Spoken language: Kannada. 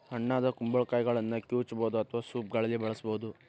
ಹಣ್ಣಾದ ಕುಂಬಳಕಾಯಿಗಳನ್ನ ಕಿವುಚಬಹುದು ಅಥವಾ ಸೂಪ್ಗಳಲ್ಲಿ ಬಳಸಬೋದು